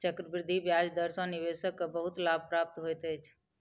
चक्रवृद्धि ब्याज दर सॅ निवेशक के बहुत लाभ प्राप्त होइत अछि